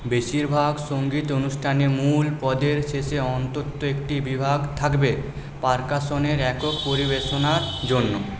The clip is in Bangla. বেশিরভাগ সঙ্গীত অনুষ্ঠানে মূল পদের শেষে অন্তত একটি বিভাগ থাকবে পারকাশনের একক পরিবেশনার জন্য